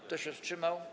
Kto się wstrzymał?